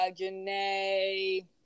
Janae